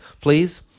please